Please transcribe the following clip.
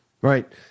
right